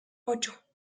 ocho